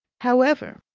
however,